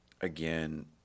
again